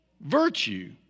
virtue